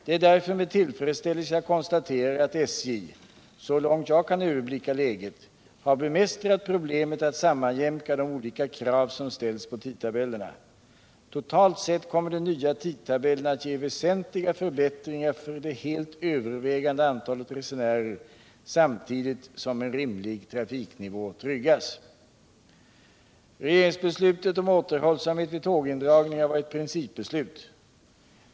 Det är därför med tillfredsställelse jag konstaterar att SJ — så långt jag kan överblicka läget — har bemästrat problemen att sammanjämka de olika krav som ställs på tidtabellerna. Totalt sett kommer den nya tidtabellen att ge väsentliga förbättringar för det helt övervägande antalet resenärer, samtidigt som en rimlig trafiknivå tryggas. Regeringsbeslutet om återhållsamhet vid tågindragningar var ett principbeslut.